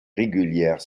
régulière